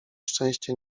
szczęście